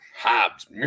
Hobbs